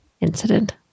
incident